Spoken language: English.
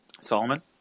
Solomon